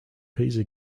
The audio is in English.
pisa